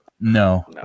No